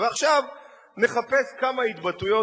ועכשיו נחפש כמה התבטאויות,